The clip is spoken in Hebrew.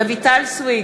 רויטל סויד,